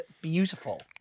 beautiful